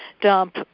dump